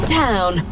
town